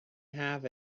have